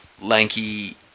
lanky